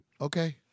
Okay